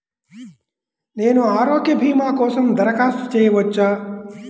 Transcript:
నేను ఆరోగ్య భీమా కోసం దరఖాస్తు చేయవచ్చా?